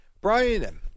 Brian